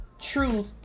truth